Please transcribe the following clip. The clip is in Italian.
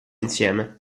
insieme